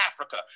Africa